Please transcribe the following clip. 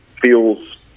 feels